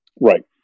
Right